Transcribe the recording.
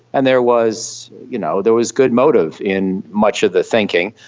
and there was you know there was good motive in much of the thinking.